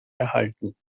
erhalten